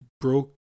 broke